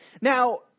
Now